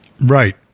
Right